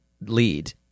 lead